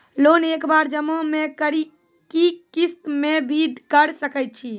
Loan एक बार जमा म करि कि किस्त मे भी करऽ सके छि?